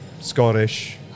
Scottish